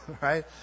right